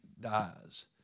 dies